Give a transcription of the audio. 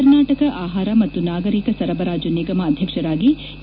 ಕರ್ನಾಟಕ ಆಹಾರ ಮತ್ತು ನಾಗರಿಕ ಸರಬರಾಜು ನಿಗಮ ಅಧ್ಯಕ್ಷರಾಗಿ ಎ